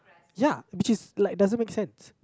ya which is like doesn't make sense